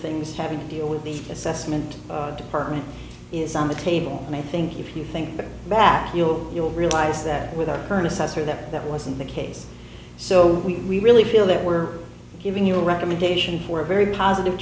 things having to deal with the assessment department is on the table and i think if you think back you'll you'll realize that with our current assessor that that wasn't the case so we really feel that we're giving you a recommendation for a very positive